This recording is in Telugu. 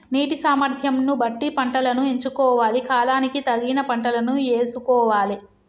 నీటి సామర్థ్యం ను బట్టి పంటలను ఎంచుకోవాలి, కాలానికి తగిన పంటలను యేసుకోవాలె